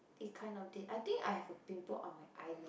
it kind of did I think I have a pimple on my eyelid